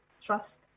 trust